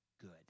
good